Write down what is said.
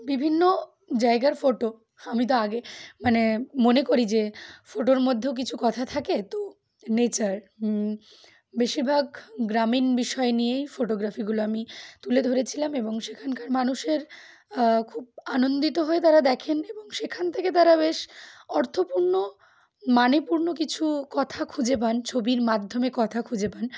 বিভিন্ন জায়গার ফটো আমি তো আগে মানে মনে করি যে ফটোর মধ্যেও কিছু কথা থাকে তো নেচার বেশিরভাগ গ্রামীণ বিষয় নিয়েই ফটোগ্রাফিগুলো আমি তুলে ধরেছিলাম এবং সেখানকার মানুষের খুব আনন্দিত হয়ে তারা দেখেন এবং সেখান থেকে তারা বেশ অর্থপূর্ণ মানেপূর্ণ কিছু কথা খুঁজে পান ছবির মাধ্যমে কথা খুঁজে পান